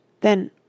Then